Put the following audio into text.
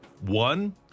one